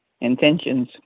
intentions